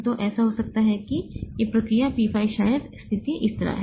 तो ऐसा हो सकता है कि यह प्रक्रिया P 5 शायद स्थिति इस तरह है